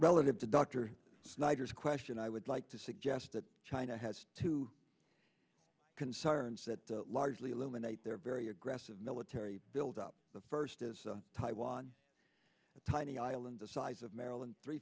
relative to dr snyder's question i would like to suggest that china has two concerns that largely eliminate their very aggressive military buildup the first is taiwan a tiny island the size of maryland three